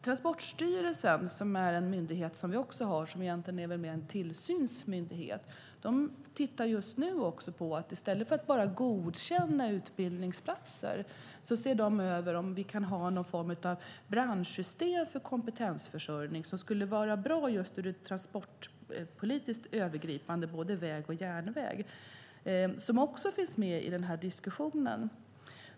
Transportstyrelsen, som är en myndighet, och mer en tillsynsmyndighet, ser just nu över om vi i stället för att bara godkänna utbildningsplatser kan ha någon form av branschsystem för kompetensförsörjning som skulle vara bra just för det transportpolitiskt övergripande, både väg och järnväg. Det finns också med i den här diskussionen.